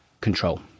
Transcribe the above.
control